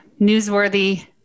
newsworthy